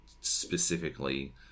specifically